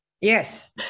Yes